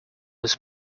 was